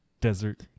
desert